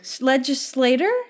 Legislator